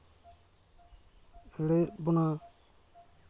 ᱮᱲᱮᱭᱮᱫ ᱵᱚᱱᱟ